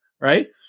Right